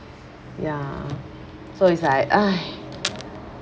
ya so it's like !aiya!